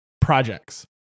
projects